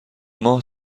ماه